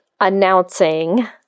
announcing